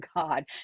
god